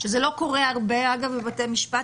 זה דבר שלא קורה הרבה בבתי משפט,